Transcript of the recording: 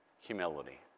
humility